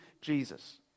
Jesus